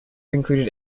included